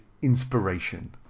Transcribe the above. Inspiration